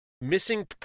missing